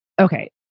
okay